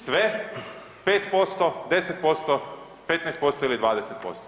Sve, 5%, 10%, 15% ili 20%